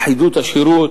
אחידות השירות,